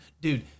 dude